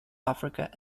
africa